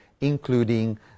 including